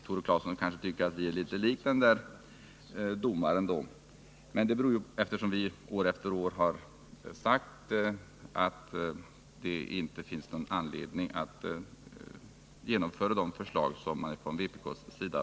Tore Claeson kanske tycker att vi är lika den där domaren, eftersom vi år efter år har sagt att det inte finns någon anledning att genomföra vad vpk föreslår.